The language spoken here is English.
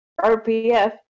RPF